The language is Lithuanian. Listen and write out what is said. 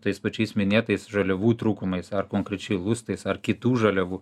tais pačiais minėtais žaliavų trūkumais ar konkrečiai lustais ar kitų žaliavų